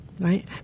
right